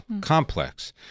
complex